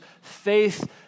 faith